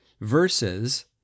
versus